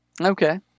Okay